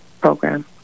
program